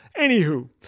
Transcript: Anywho